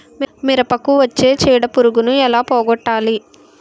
మిరపకు వచ్చే చిడపురుగును ఏల పోగొట్టాలి?